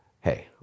Hey